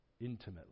intimately